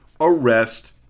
arrest